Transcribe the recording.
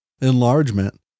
enlargement